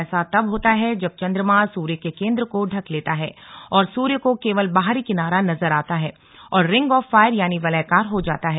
ऐसा तब होता है जब चंद्रमा सूर्य के केन्द्र को ढक लेता है और सूर्य का केवल बाहरी किनारा नजर आता है और रिंग ऑफ फायर यानी वलयाकार हो जाता है